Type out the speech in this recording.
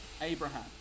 Abraham